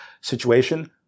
situation